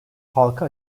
halka